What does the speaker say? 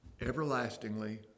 Everlastingly